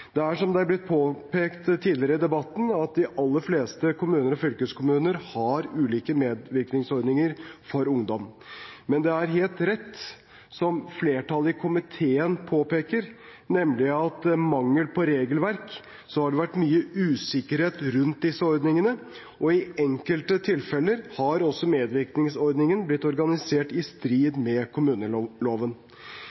Det er slik, som det har blitt påpekt tidligere i debatten, at de aller fleste kommuner og fylkeskommuner har ulike medvirkningsordninger for ungdom. Men det er helt rett, det som flertallet i komiteen påpeker, nemlig at i mangel av et regelverk har det vært mye usikkerhet rundt disse ordningene. I enkelte tilfeller har også medvirkningsordningen blitt organisert i strid med kommuneloven.